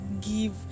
give